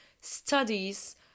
studies